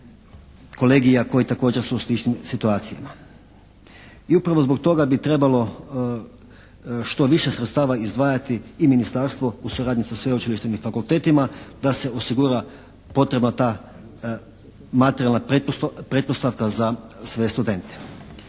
kolegija koji također su u sličnim situacija. I upravo zbog toga bi trebalo što više sredstava izdvajati i ministarstvo u suradnji sa sveučilištem i fakultetima da se osigura potreba ta materijalna pretpostavka za sve studente.